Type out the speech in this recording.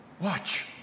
Watch